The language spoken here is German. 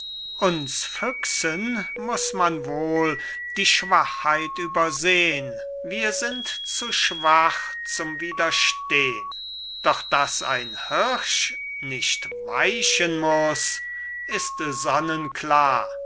uns füchsen muß man wohl die schwachheit übersehn wir sind zu schwach zum widerstehn doch daß ein hirsch nicht weichen muß ist sonnenklar